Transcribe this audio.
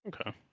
Okay